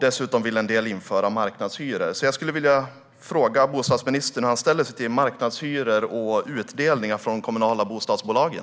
Dessutom vill en del införa marknadshyror. Jag skulle vilja fråga bostadsministern hur han ställer sig till marknadshyror och utdelningar från de kommunala bostadsbolagen.